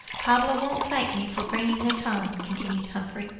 pablo won't thank me for bringing this home, continued humphrey,